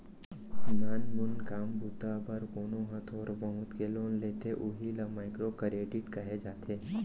नानमून काम बूता बर कोनो ह थोर बहुत के लोन लेथे उही ल माइक्रो करेडिट कहे जाथे